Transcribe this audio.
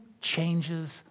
changes